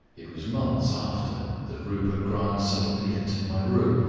it was months after that rupert grant suddenly entered my room,